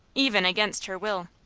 even against her will.